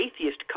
atheist